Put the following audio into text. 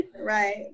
Right